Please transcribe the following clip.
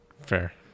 Fair